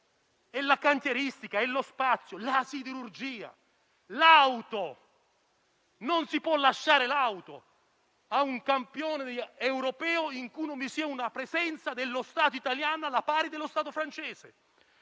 La cantieristica, lo spazio, la siderurgia, l'auto. Non si può lasciare l'auto a un campione europeo in cui non vi sia una presenza dello Stato italiano al pari dello Stato francese.